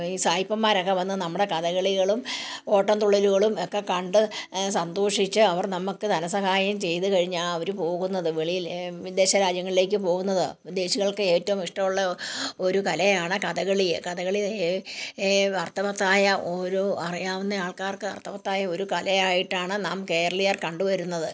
ഈ സായിപ്പന്മാരൊക്കെ വന്ന് നമ്മുടെ കഥകളികളും ഓട്ടൻ തുള്ളലുകളും ഒക്കെ കണ്ട് സന്തോഷിച്ച് അവർ നമുക്ക് ധനസഹായം ചെയ്ത് കഴിഞ്ഞാൽ അവർ പോകുന്നത് വെളിയിൽ വിദേശ രാജ്യങ്ങളിലേക്ക് പോകുന്നത് വിദേശികൾക്ക് ഏറ്റവും ഇഷ്ടമുള്ള ഒരു കലയാണ് കഥകളി കഥകളി അർത്ഥവത്തായ ഒരു അറിയാവുന്ന ആൾക്കാർക്ക് അർത്ഥവത്തായ ഒരു കലയായിട്ടാണ് നാം കേരളീയർ കണ്ടു വരുന്നത്